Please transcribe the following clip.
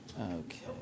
Okay